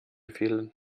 fehlen